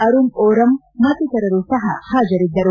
ಅರುಮ್ ಓರಂ ಮತ್ತಿತರರು ಸಹ ಹಾಜರಿದ್ದರು